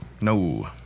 No